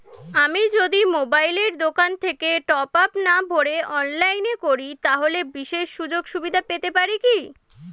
আমি যদি মোবাইলের দোকান থেকে টপআপ না ভরে অনলাইনে করি তাহলে বিশেষ সুযোগসুবিধা পেতে পারি কি?